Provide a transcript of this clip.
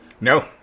No